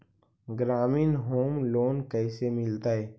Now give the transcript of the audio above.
ग्रामीण home loan कैसे मिलतै?